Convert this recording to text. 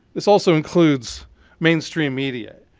this also includes mainstream media.